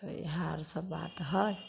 इएह आर सब बात हय